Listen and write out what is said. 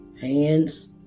hands